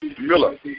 Miller